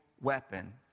weapon